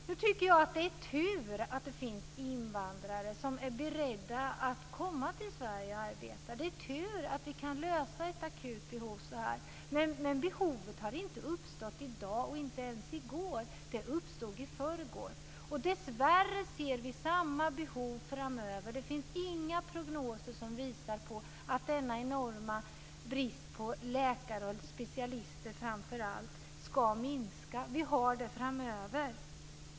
Nu tycker jag att det är tur att det finns invandrare som är beredda att komma till Sverige och arbeta. Det är tur att vi kan lösa problemet så här när det är ett akut behov, men behovet har inte uppstått i dag, inte ens i går. Det uppstod i förrgår. Dessvärre ser vi samma behov framöver. Det finns inga prognoser som visar på att denna enorma brist på läkare och framför allt specialister ska minska. Vi kommer att ha den framöver.